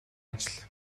ажил